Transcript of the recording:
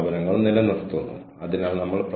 കൂടാതെ ഇക്കാര്യത്തിൽ ഞാൻ അധികാരിയല്ല